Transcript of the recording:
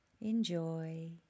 Enjoy